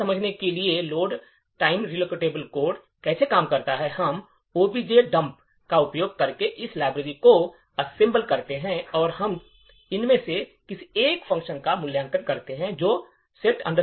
यह समझने के लिए कि लोड टाइम रिलोकेबल कोड कैसे काम करता है हम objdump का उपयोग करके इस लाइब्रेरी को असेंबल करते हैं और हम इनमें से किसी एक फ़ंक्शन का मूल्यांकन करते हैं जो set mylib int है